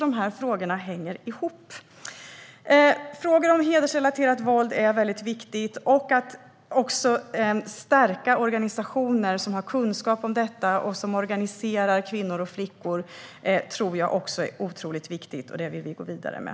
De frågorna hänger ihop. Frågor om hedersrelaterat våld är väldigt viktiga. Att stärka organisationer som har kunskap om detta och som organiserar kvinnor och flickor är också otroligt viktigt. Det vill vi gå vidare med.